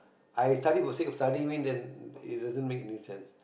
I study for the sake of studying then it doesn't make any sense